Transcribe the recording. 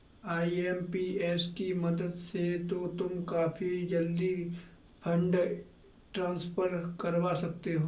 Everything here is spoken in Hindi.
आई.एम.पी.एस की मदद से तो तुम काफी जल्दी फंड ट्रांसफर करवा सकते हो